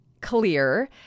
clear